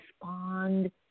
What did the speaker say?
respond